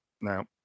Now